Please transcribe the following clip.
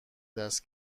دست